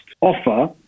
offer